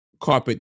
carpet